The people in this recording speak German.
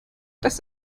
dass